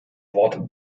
wort